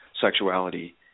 sexuality